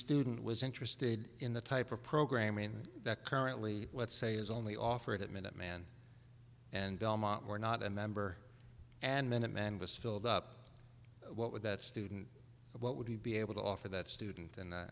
student was interested in the type of programming that currently let's say is only offered that minuteman and belmont were not a member and minutemen was filled up what would that student and what would he be able to offer that student and